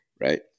right